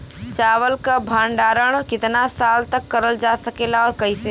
चावल क भण्डारण कितना साल तक करल जा सकेला और कइसे?